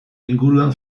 inguruan